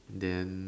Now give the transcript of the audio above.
then